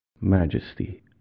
MAJESTY